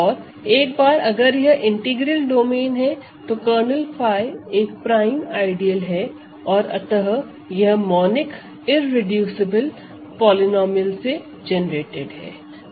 और एक बार अगर यह इंटीग्रल डोमेन है तो कर्नेल 𝜑 एक प्राइम आइडियल है और अतः यह मोनिक इररेडूसिबल पॉलीनोमिअल से जेनेरेटेड हैं